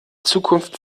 zukunft